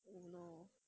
oh my god